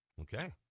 Okay